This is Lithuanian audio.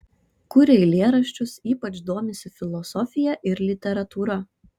kuria eilėraščius ypač domisi filosofija ir literatūra